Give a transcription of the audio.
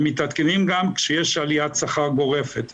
הם מתעדכנים גם כשיש עליית שכר גורפת.